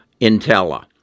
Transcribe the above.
Intella